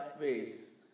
ways